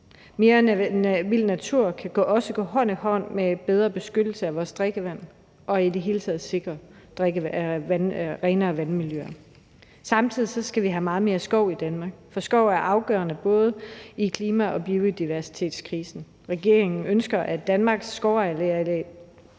Mere vild natur kan også gå hånd i hånd med bedre beskyttelse af vores drikkevand og i det hele taget det at sikre et renere vandmiljø. Samtidig skal vi have meget mere skov i Danmark, for skov er afgørende i forhold til både klima- og biodiversitetskrisen. Regeringen ønsker at øge Danmarks skovareal